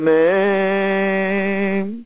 name